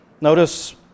Notice